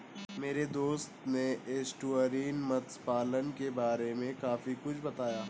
मेरे दोस्त ने एस्टुअरीन मत्स्य पालन के बारे में काफी कुछ बताया